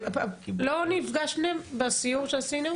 לא נפגשתם בסיור שעשינו?